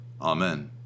Amen